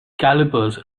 calipers